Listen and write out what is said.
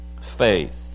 faith